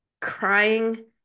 crying